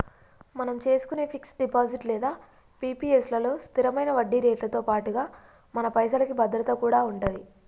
మనం చేసుకునే fix deposit లేదా పి.పి.ఎస్ లలో స్థిరమైన వడ్డీరేట్లతో పాటుగా మన పైసలకి భద్రత కూడా ఉంటది